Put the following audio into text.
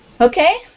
Okay